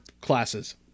classes